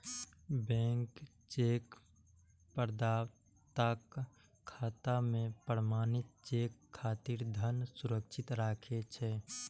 bank cheque प्रदाताक खाता मे प्रमाणित चेक खातिर धन सुरक्षित राखै छै